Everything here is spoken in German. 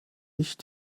nicht